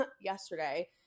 yesterday